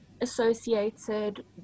associated